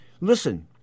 listen